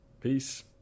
Peace